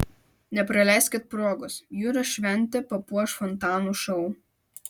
nepraleiskit progos jūros šventę papuoš fontanų šou